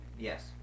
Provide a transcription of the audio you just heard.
Yes